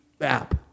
app